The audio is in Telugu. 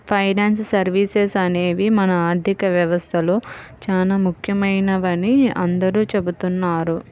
ఫైనాన్స్ సర్వీసెస్ అనేవి మన ఆర్థిక వ్యవస్థలో చానా ముఖ్యమైనవని అందరూ చెబుతున్నారు